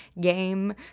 game